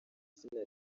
izina